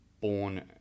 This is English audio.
born